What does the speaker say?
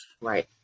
right